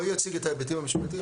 רועי יציג את ההיבטים המשפטיים,